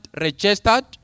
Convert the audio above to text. registered